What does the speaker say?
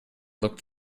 looked